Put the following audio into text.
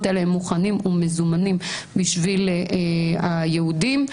האלה מוכנים ומזומנים בשביל היהודים.